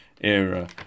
era